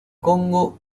congo